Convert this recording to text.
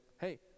hey